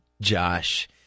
Josh